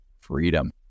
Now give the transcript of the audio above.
freedom